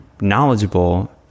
knowledgeable